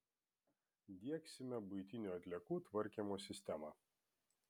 diegsime buitinių atliekų tvarkymo sistemą